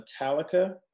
Metallica